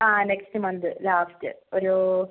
ആ next month last ഒരു